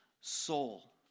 soul